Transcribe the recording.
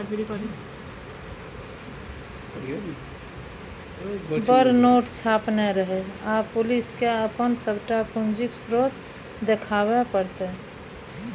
बड़ नोट छापने रहय आब पुलिसकेँ अपन सभटा पूंजीक स्रोत देखाबे पड़तै